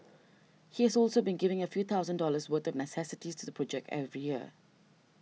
he is also been giving a few thousand dollars worth of necessities to the project every year